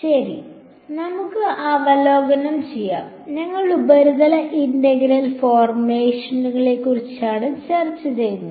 ശരി അതിനാൽ നമുക്ക് അവലോകനം ചെയ്യാം ഞങ്ങൾ ഉപരിതല ഇന്റഗ്രൽ ഫോർമുലേഷനെക്കുറിച്ചാണ് ചർച്ച ചെയ്യുന്നത്